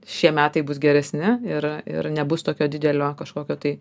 šie metai bus geresni ir ir nebus tokio didelio kažkokio tai